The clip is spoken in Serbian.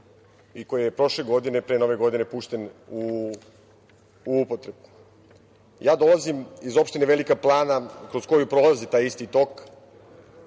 i koji je prošle godine pre nove godine pušten u upotrebu. Dolazim iz opštine Velika Plana, kroz koju prolazi taj isti tok,